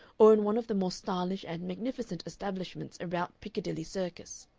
or in one of the more stylish and magnificent establishments about piccadilly circus,